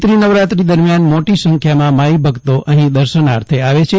ચૈત્રી નવરાત્રિ દરમિયાન મોટી સંખ્યામાં માઇ ભક્તો દર્શનાર્થે આવે છે